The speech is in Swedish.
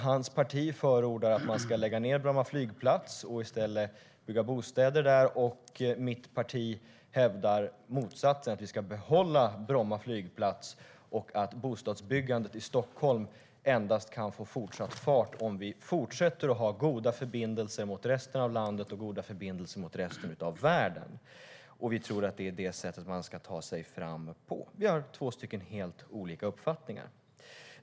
Hans parti förordar att man ska lägga ned Bromma flygplats och i stället bygga bostäder i området, medan mitt parti hävdar motsatsen, att vi ska behålla Bromma flygplats och att bostadsbyggandet i Stockholm endast kan få fart om vi fortsätter att ha goda förbindelser med resten av landet och resten av världen. Vi tror att det är så man ska ta sig framåt. Vi har två helt olika uppfattningar.